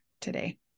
today